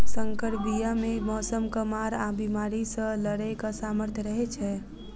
सँकर बीया मे मौसमक मार आ बेमारी सँ लड़ैक सामर्थ रहै छै